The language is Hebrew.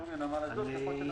אבל אני רוצה